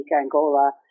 Angola